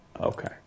Okay